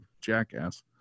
jackass